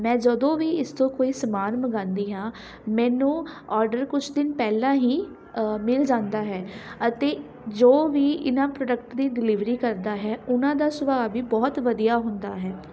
ਮੈਂ ਜਦੋਂ ਵੀ ਇਸ ਤੋਂ ਕੋਈ ਸਮਾਨ ਮੰਗਵਾਉਂਦੀ ਹਾਂ ਮੈਨੂੰ ਔਡਰ ਕੁਛ ਦਿਨ ਪਹਿਲਾਂ ਹੀ ਮਿਲ ਜਾਂਦਾ ਹੈ ਅਤੇ ਜੋ ਵੀ ਇਹਨਾਂ ਪ੍ਰੋਡਕਟ ਦੀ ਡਿਲੀਵਰੀ ਕਰਦਾ ਹੈ ਉਹਨਾਂ ਦਾ ਸੁਭਾਅ ਵੀ ਬਹੁਤ ਵਧੀਆ ਹੁੰਦਾ ਹੈ